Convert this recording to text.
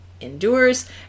endures